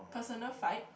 personal fight